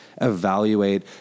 evaluate